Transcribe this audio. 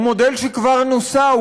הוא מודל שכבר נוסה.